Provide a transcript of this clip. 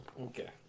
Okay